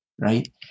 right